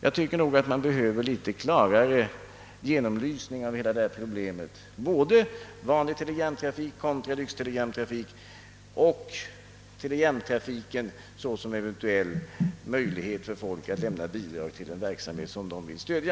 Det behövs en klarare genomlysning av hela problemet, både vanlig telegramtrafik kontra lyxtelegramtrafik och telegrammen såsom eventuell möjlighet för folk att lämna bidrag till en verksamhet, som de vill stödja.